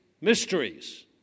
mysteries